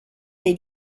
dei